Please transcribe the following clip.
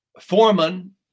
Foreman